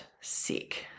sick